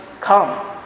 come